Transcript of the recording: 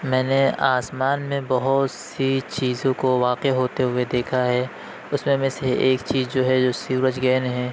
میں نے آسمان میں بہت سی چیزوں کو واقع ہوتے ہوئے دیکھا ہے اُس میں میں سے ایک چیز جو ہے جو سورج گرہن ہے